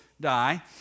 die